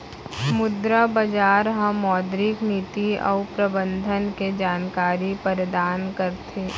मुद्रा बजार ह मौद्रिक नीति अउ प्रबंधन के जानकारी परदान करथे